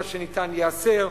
מה שניתן ייאסר,